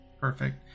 Perfect